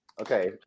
okay